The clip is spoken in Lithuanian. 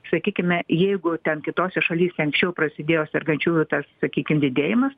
sakykime jeigu ten kitose šalyse anksčiau prasidėjo sergančiųjų tas sakykim didėjimas